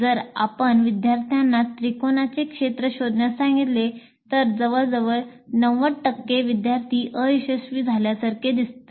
जर आपण विद्यार्थ्यांना त्रिकोणाचे क्षेत्र शोधण्यास सांगितले तर जवळजवळ 90 टक्के विद्यार्थी अयशस्वी झाल्यासारखे दिसतात